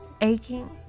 aching